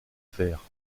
faire